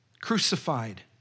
crucified